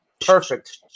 Perfect